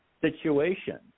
situation